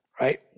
Right